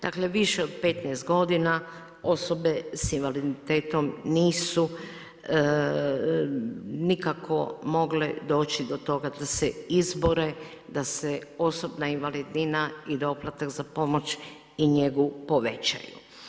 Dakle, više od 15 godina osobe sa invaliditetom nisu nikako mogle doći do toga da se izbore, da se osobna invalidnina i doplatak za pomoć i njegu povećaju.